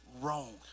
wrong